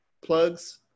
Plugs